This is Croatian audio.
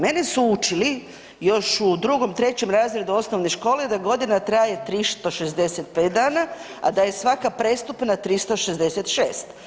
Mene su učili još u 2.-3. razredu osnovne škole da godina traje 365 dana, a da je svaka prijestupna 366.